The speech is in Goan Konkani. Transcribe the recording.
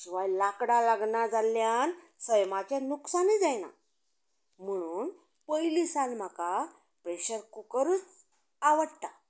शिवाय लाकडां लागना जाल्ल्यान सैमाचे नुकसाणूय जायना म्हणून पयलीं सावन म्हाका प्रेशर कुकरूच आवडटा